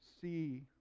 see